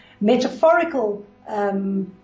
metaphorical